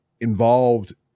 involved